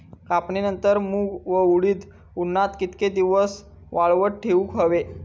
कापणीनंतर मूग व उडीद उन्हात कितके दिवस वाळवत ठेवूक व्हये?